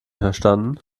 verstanden